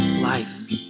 life